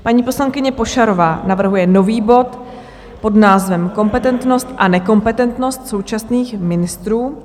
Paní poslankyně Pošarová navrhuje nový bod pod názvem Kompetentnost a nekompetentnost současných ministrů.